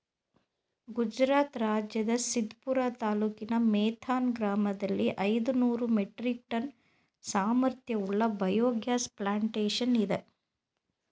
ಗುಜರಾತ್ ರಾಜ್ಯದ ಸಿದ್ಪುರ ತಾಲೂಕಿನ ಮೇಥಾನ್ ಗ್ರಾಮದಲ್ಲಿ ಐದುನೂರು ಮೆಟ್ರಿಕ್ ಟನ್ ಸಾಮರ್ಥ್ಯವುಳ್ಳ ಬಯೋಗ್ಯಾಸ್ ಪ್ಲಾಂಟೇಶನ್ ಇದೆ